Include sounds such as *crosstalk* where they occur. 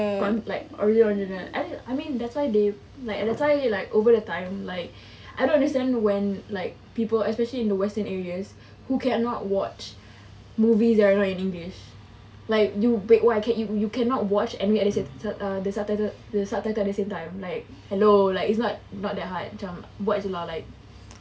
*noise* like audio original I mean I mean that's why they like *noise* like over the time like I don't understand when like people especially in the western areas who cannot watch movies that are not in english like you *noise* what if you cannot watch any uh sub~ subtitle uh the subtitle at the same time like hello it's not that hard macam buat jer lah like